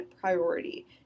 priority